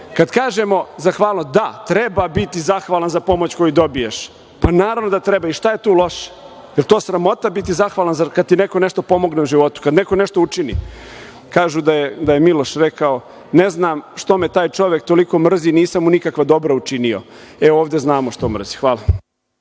kažemo zahvalnost, da, treba biti zahvalan za pomoć koju dobiješ. Naravno da treba. I šta je tu loše? Jel to sramota biti zahvalan kad ti neko nešto pomogne u životu, kad neko nešto učini? Kažu da je Miloš rekao - ne znam što me taj čovek toliko mrzi, nisam mu nikakvo dobro učinio. E, ovde znamo što mrzi. Hvala.